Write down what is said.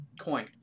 coin